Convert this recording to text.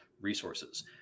resources